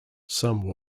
some